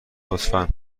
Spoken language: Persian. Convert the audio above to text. لطفا